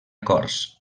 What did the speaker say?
cors